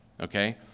Okay